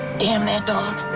damn that dog!